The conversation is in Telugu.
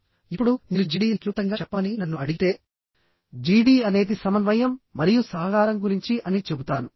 ఇప్పుడు మీరు GD ని క్లుప్తంగా చెప్పమని నన్ను అడిగితే GD అనేది సమన్వయం మరియు సహకారం గురించి అని చెబుతాను